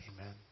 Amen